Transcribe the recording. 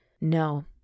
No